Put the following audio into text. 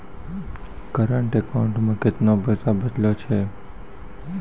Current account मे केतना पैसा बचलो छै?